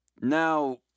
Now